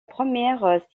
première